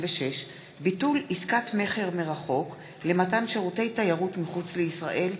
56) (ביטול עסקת מכר מרחוק למתן שירותי תיירות מחוץ לישראל),